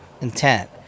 intent